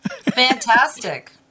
fantastic